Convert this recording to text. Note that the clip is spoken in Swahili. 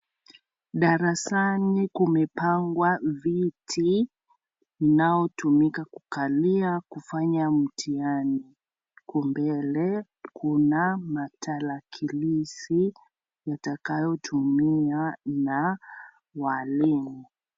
Darasani kumepangwa viti linaotumika kukaliwa kufanya mtihani. Huko mbele kuna matarakilishi yatakayotumiwa na walimu.